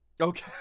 Okay